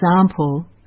example